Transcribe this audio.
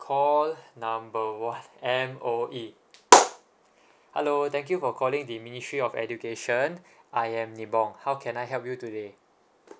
call number one M_O_E hello thank you for calling the ministry of education I am nibong how can I help you today